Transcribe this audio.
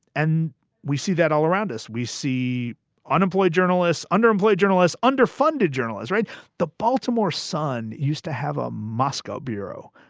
and we see that all around us. we see unemployed journalists, underemployed journalists, underfunded journalists write the baltimore sun used to have a moscow bureau.